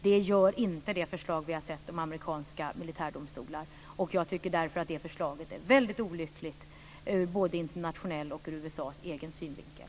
Det gör inte det förslag vi har sett om amerikanska militärdomstolar. Jag tycker därför att det förslaget är väldigt olyckligt både ur internationell synvinkel och ur USA:s egen synvinkel.